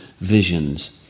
visions